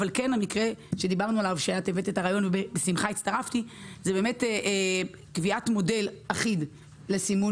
אבל את הבאת את הרעיון ובשמחה הצטרפתי של קביעת מודל אחיד לסימון